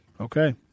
Okay